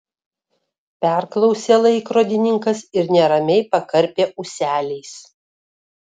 perklausė laikrodininkas ir neramiai pakarpė ūseliais